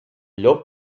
llop